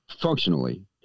functionally